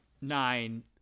nine